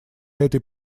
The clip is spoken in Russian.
этой